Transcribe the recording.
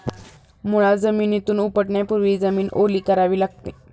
मुळा जमिनीतून उपटण्यापूर्वी जमीन ओली करावी लागते